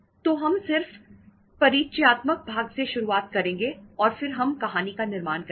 तो हम सिर्फ परिचयात्मक भाग से शुरुआत करेंगे और फिर हम कहानी का निर्माण करेंगे